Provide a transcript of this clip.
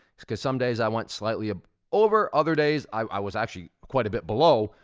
cause cause some days i went slightly ah over, other days, i was actually quite a bit below,